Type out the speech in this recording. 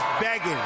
begging